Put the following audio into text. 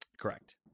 Correct